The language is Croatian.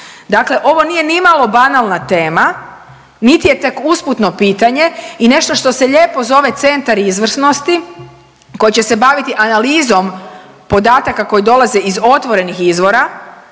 Dakle ovo nije nimalo banalna tema niti je tek usputno pitanje i nešto što se lijepo zove centar izvrsnosti koji će se baviti analizom podataka koji dolaze iz otvorenih izvora,